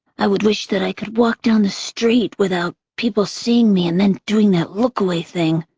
i would wish that i could walk down the street without people seeing me and then doing that look-away thing.